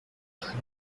time